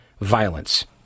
violence